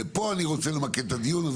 ופה אני רוצה למקד את הדיון.